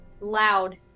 loud